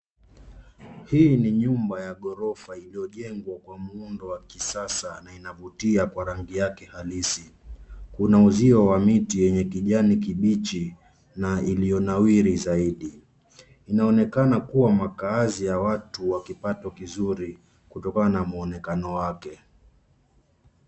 Hii ni nyumba ya gorofa ilio jengwa kwa muundo wa kisasa na inavutia kwa rangi yake halisi. Kuna uzio wa miti yenye kijani kibichi na ilio nawiri zaidi. Inaonekana kuwa makaazi ya watu wa kipato kizuri kutokana na muonekano wake.